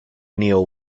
keel